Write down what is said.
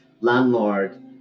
landlord